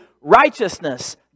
righteousness